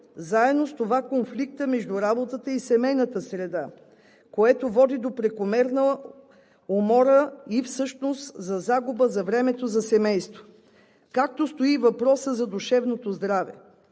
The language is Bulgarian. Заедно с това конфликтът между работата и семейната среда, което води до прекомерна умора и всъщност загуба на времето за семейството. Както стои и въпросът за душевното здраве.